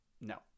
No